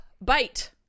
Bite